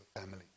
family